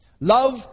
Love